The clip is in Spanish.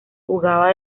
jugaba